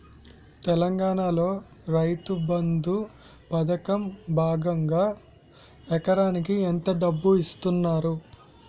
తెలంగాణలో రైతుబంధు పథకం భాగంగా ఎకరానికి ఎంత డబ్బు ఇస్తున్నారు?